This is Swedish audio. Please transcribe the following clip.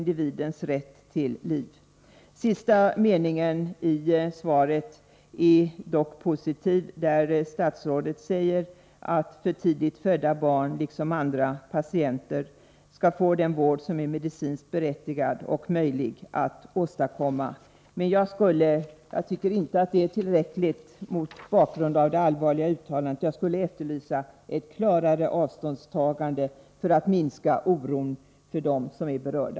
Den sista meningen i svaret är dock positiv, där statsrådet säger att för tidigt födda barn liksom andra patienter skall få den vård som är medicinskt berättigad och möjlig att åstadkomma. Men jag tycker inte att det är tillräckligt mot bakgrund av det allvarliga uttalandet. Jag efterlyser ett klarare avståndstagande för att minska oron för dem som är berörda.